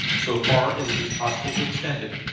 so far as it is possible to extend it.